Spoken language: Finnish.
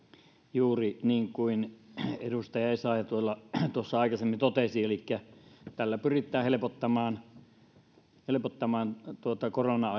juuri niin kuin edustaja essayah tuossa aikaisemmin totesi tällä pyritään helpottamaan helpottamaan koronan